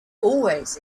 always